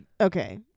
okay